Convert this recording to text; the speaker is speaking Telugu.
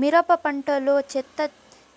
మిరప పంట లో చెత్త